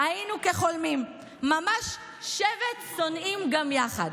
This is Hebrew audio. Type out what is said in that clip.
היינו כחולמים, ממש שבת שונאים גם יחד.